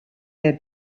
their